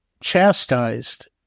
chastised